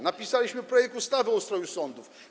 Napisaliśmy projekt ustawy o ustroju sądów.